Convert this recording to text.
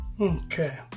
Okay